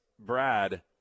Brad